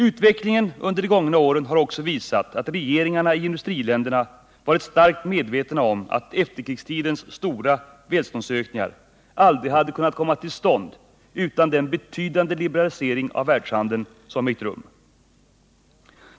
Utvecklingen under de gångna åren har också visat, att regeringarna i industriländerna varit starkt medvetna om att efterkrigstidens stora välståndsökningar aldrig hade kunnat komma till stånd utan den betydande liberalisering av världshandeln som ägt rum.